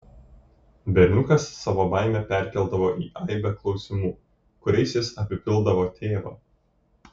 berniukas savo baimę perkeldavo į aibę klausimų kuriais jis apipildavo tėvą